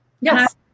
Yes